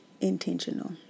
intentional